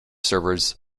servers